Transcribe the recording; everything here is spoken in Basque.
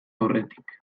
aurretik